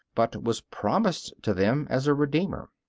but was promised to them as a redeemer.